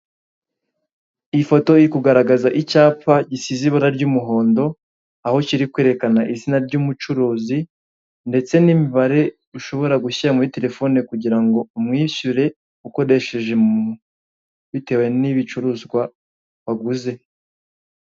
Ifoto iri kugaragaza icyapa gisize ibara ry'umuhondo, aho kiri kwerekana izina ry'umucuruzi, ndetse n'imibare ushobora gushyira muri telefone kugira ngo umwishyure, ukoresheje momo. Bitewe n'ibicuruzwa waguze.